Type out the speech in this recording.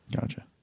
Gotcha